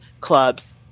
clubs